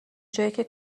جاییکه